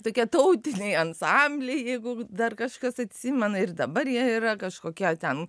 tokie tautiniai ansambliai jeigu dar kažkas atsimena ir dabar jie yra kažkokie ten